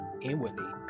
inwardly